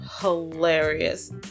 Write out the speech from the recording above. hilarious